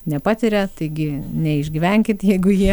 nepatiria taigi neišgyvenkit jeigu jie